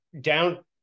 down